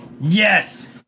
Yes